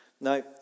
Now